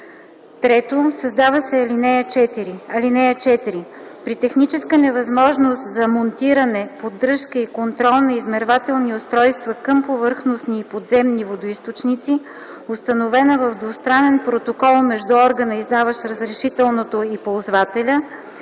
3. Създава се ал. 4: „(4) При техническа невъзможност за монтиране, поддръжка и контрол на измервателни устройства към повърхностни и подземни водоизточници, установена в двустранен протокол между органа, издаващ разрешителното, и ползвателя,